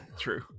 True